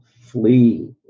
flee